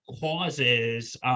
Causes